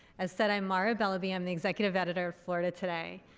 as said, i'm mara bellaby i'm the executive editor of florida today.